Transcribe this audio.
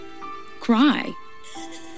cry